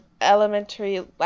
elementary